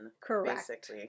Correct